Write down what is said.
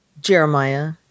Jeremiah